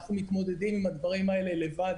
אנחנו מתמודדים עם הדברים האלה לבד,